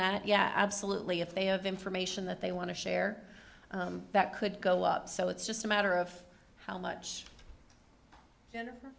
that yeah absolutely if they have information that they want to share that could go up so it's just a matter of how much